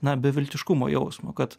na beviltiškumo jausmo kad